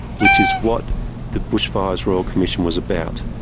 which is what the bushfires royal commission was about,